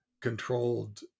controlled